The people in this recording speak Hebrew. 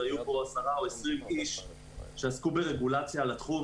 שהיו בו כ-20 איש שעסקו ברגולציה על התחום.